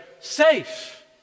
safe